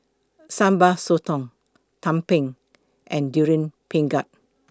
Sambal Sotong Tumpeng and Durian Pengat